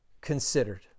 considered